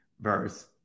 verse